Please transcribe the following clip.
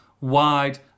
wide